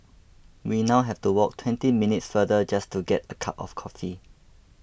we now have to walk twenty minutes farther just to get a cup of coffee